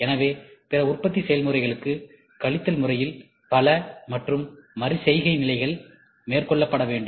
எனவே பிற உற்பத்தி செயல்முறைகளுக்கு கழித்தல் முறையில் பல மற்றும் மறுசெய்கை நிலைகள் மேற்கொள்ளப்பட வேண்டும்